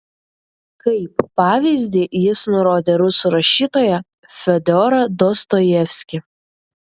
kaip pavyzdį jis nurodė rusų rašytoją fiodorą dostojevskį